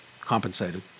compensated